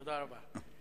תודה רבה.